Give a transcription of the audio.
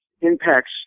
Impacts